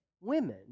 women